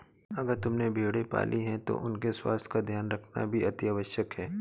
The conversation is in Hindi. अगर तुमने भेड़ें पाली हैं तो उनके स्वास्थ्य का ध्यान रखना भी अतिआवश्यक है